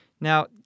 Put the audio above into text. Now